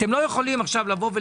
אתם לא יכולים לומר: